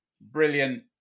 brilliant